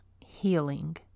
Healing